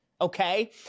okay